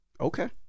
Okay